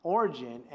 origin